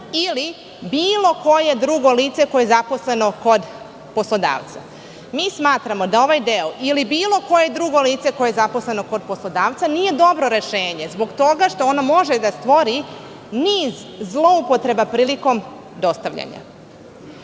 ili bilo koje drugo lice koje je zaposleno kod poslodavca. Mi smatramo da ovaj deo: "ili bilo koje drugo lice koje je zaposleno kod poslodavca" nije dobro rešenje, zbog toga što ono može da stvori niz zloupotreba prilikom dostavljanja.U